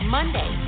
Monday